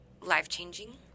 life-changing